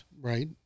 Right